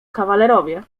kawalerowie